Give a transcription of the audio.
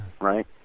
right